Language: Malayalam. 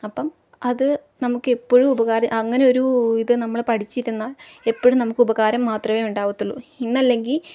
അപ്പം അത് നമുക്കെപ്പോഴും ഉപകാരം അങ്ങനെ ഒരു ഇത് നമ്മൾ പഠിച്ചിരുന്നാൽ എപ്പോഴും നമുക്ക് ഉപകാരം മാത്രമേ ഉണ്ടാവത്തുള്ളൂ ഇന്നല്ലെങ്കിൽ